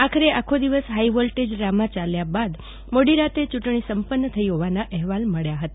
આખર આખો દિવસ high voltage drama ચાલ્યા બાદ મોડી રાત્રે ચટણી સંપન થઈ હોવાના અહેવાલ મળ્યા હતા